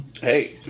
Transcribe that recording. Hey